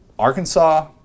Arkansas